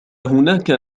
هناك